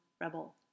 rebel